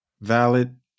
Valid